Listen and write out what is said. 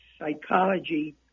Psychology